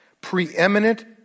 Preeminent